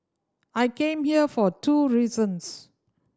I came here for two reasons